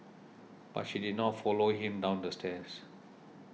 but she did not follow him down the stairs